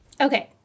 Okay